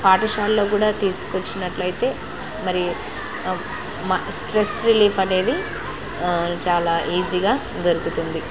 పాఠశాలల్లో కూడా తీసుకు వచ్చినట్లయితే మరి మా స్ట్రెస్ రిలీఫ్ అనేది చాలా ఈజీగా దొరుకుతుంది